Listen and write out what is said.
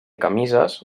camises